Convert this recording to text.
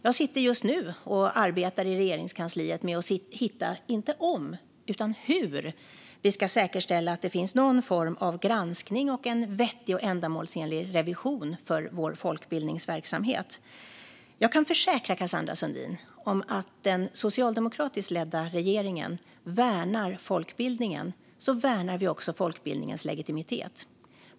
Jag sitter just nu i Regeringskansliet och arbetar med att hitta en lösning på inte om utan hur vi ska säkerställa att det finns någon form av granskning och en vettig och ändamålsenlig revision för vår folkbildningsverksamhet. Jag kan försäkra Cassandra Sundin om att den socialdemokratiskt ledda regeringen värnar folkbildningen och folkbildningens legitimitet.